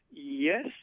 Yes